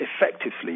effectively